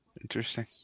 Interesting